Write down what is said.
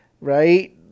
right